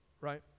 right